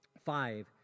five